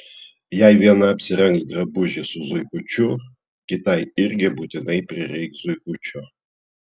jei viena apsirengs drabužį su zuikučiu kitai irgi būtinai prireiks zuikučio